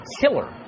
killer